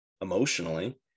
emotionally